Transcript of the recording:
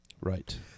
Right